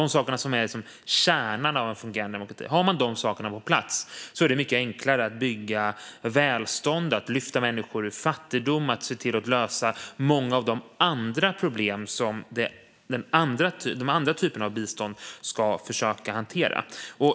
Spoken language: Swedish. De sakerna är liksom kärnan i en fungerande demokrati. Om man har de sakerna på plats är det mycket enklare att bygga välstånd, lyfta människor ur fattigdom och lösa många av de andra problem som de andra typerna av bistånd ska försöka hantera.